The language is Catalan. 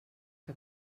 que